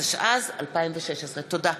התשע"ז 2016. תודה.